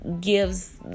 gives